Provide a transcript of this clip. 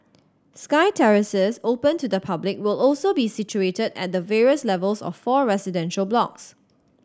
sky terraces open to the public will also be situated at the various levels of four residential blocks